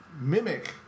mimic